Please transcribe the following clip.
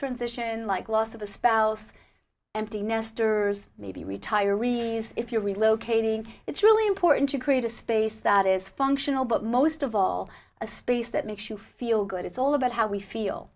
transition like loss of a spouse empty nesters maybe retire release if you're relocating it's really important to create a space that is functional but most of all a space that makes you feel good it's all about how we feel